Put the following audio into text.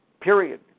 period